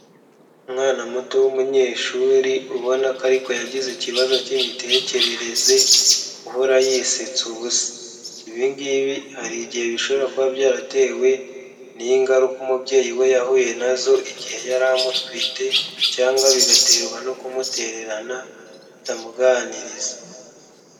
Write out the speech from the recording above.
Umwana muto w'umunyeshuri ubona ko ariko yagize ikibazo cy'imitekerereze uhora yisetsa ubusa, ibi ngibi hari igihe bishobora kuba byaratewe n'ingaruka umubyeyi we yahuye nazo igihe yari amutwite cyangwa bigaterwa no kumutererana batamuganiriza.